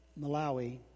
Malawi